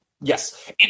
yes